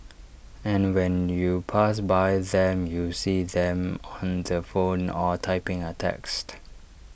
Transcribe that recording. and when you pass by them you see them on the phone or typing A text